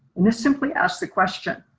and this simply ask the question,